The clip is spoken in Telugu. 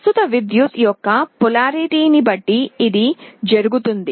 ప్రస్తుత విద్యుత్ యొక్క పొలారిటీ ని బట్టి ఇది జరుగుతుంది